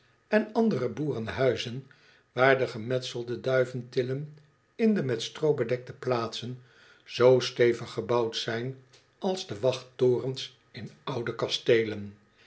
en andere boerenhuizen waar de gemetselde duiventillen in de met stroo bedekte plaatsen zoo stevig gebouwd zijn als de wachttorens in oude kasteelen